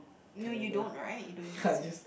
no you don't right you don't use it